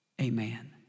amen